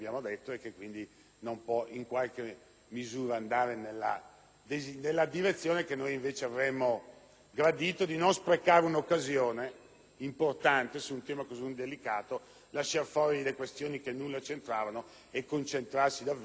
voluto non sprecare un'occasione importante su un tema così delicato, lasciando fuori le questioni che nulla c'entravano e concentrandoci davvero sulle emergenze e le necessità del nostro Paese.